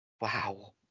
Wow